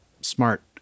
smart